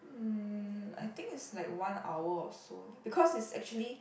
mm I think it's like one hour or so because it's actually